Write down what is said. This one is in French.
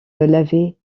l’avait